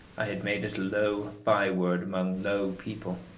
i had made it a low by-word among low people.